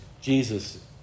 Jesus